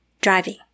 driving